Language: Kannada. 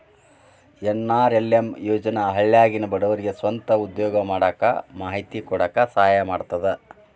ಎನ್.ಆರ್.ಎಲ್.ಎಂ ಯೋಜನೆ ಹಳ್ಳ್ಯಾಗಿನ ಬಡವರಿಗೆ ಸ್ವಂತ ಉದ್ಯೋಗಾ ಮಾಡಾಕ ಮಾಹಿತಿ ಕೊಡಾಕ ಸಹಾಯಾ ಮಾಡ್ತದ